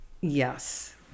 yes